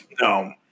no